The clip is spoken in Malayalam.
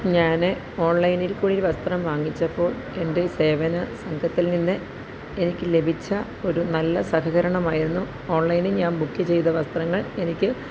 ഞാന് ഓൺലൈനിൽ കൂടി ഒരു വസ്ത്രം വാങ്ങിച്ചപ്പോൾ എൻ്റെ സേവനസംഘത്തിൽ നിന്ന് എനിക്ക് ലഭിച്ച ഒരു നല്ല സഹകരണമായിരുന്നു ഓൺലൈനിൽ ഞാൻ ബുക്ക് ചെയ്ത വസ്ത്രങ്ങൾ എനിക്ക്